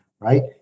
right